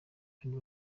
kandi